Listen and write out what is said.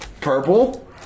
purple